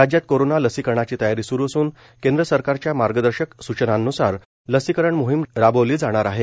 राज्यात कोरोना लसीकरणाची तयारी सुरू असून केंद्र सरकारच्या मार्गदर्शक सूचनांन्सार लसीकरण मोहीम राबवली जाणार आहे